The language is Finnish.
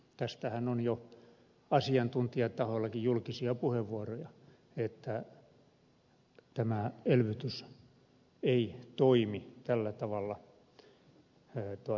tästähän on jo asiantuntijatahoillakin julkisia puheenvuoroja että tämä elvytys ei toimi tällä tavalla toimien